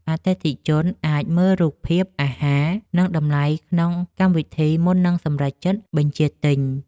អតិថិជនអាចមើលរូបភាពអាហារ និងតម្លៃក្នុងកម្មវិធីមុននឹងសម្រេចចិត្តបញ្ជាទិញ។